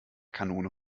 kanone